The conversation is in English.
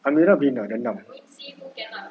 amirah brina dah enam